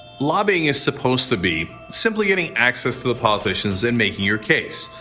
lobbying is supposed to be simply getting access to the politicians and making your case.